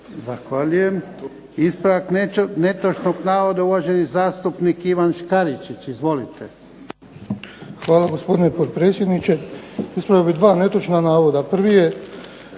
Zahvaljujem. Ispravak netočnog navoda, uvaženi zastupnik Ivan Škaričić. Izvolite. **Škaričić, Ivan (HDZ)** Hvala gospodine potpredsjedniče. Ispravio bih 2 netočna navoda. Prvi je